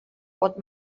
pot